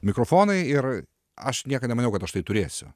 mikrofonai ir aš niekad nemaniau kad aš tai turėsiu